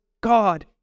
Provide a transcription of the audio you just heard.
God